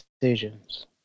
decisions